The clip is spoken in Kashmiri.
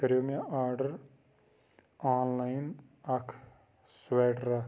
کٔریو مےٚ آرڈَر آنلایِن اَکھ سُویٹر اَکھ